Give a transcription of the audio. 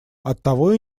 оттого